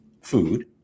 food